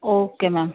okay ma'am